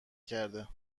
کرده